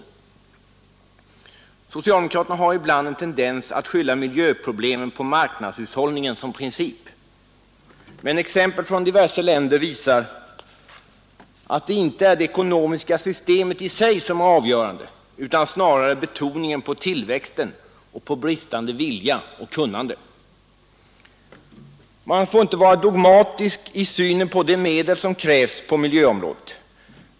som en av flera utgångspunkter vid avvägningar. Att det Socialdemokraterna har ibland en tendens att skylla miljöproblemen på marknadshushållningen som princip, men exempel från diverse länder visar att det inte är det ekonomiska systemet i sig som är avgörande utan snarare betoningen på tillväxten och på bristande vilja och kunnande. Man får inte vara dogmatisk i synen på de medel som krävs på miljövårdsområdet.